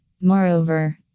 Moreover